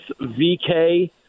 VK